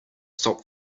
stop